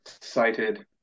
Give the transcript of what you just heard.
cited